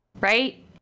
right